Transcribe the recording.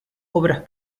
obras